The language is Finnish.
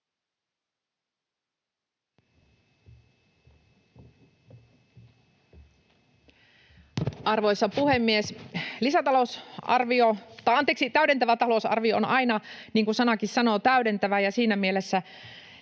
Arvoisa puhemies! Täydentävä talousarvio on aina, niin kuin sanakin sanoo, täydentävä, ja siinä mielessä